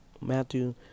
Matthew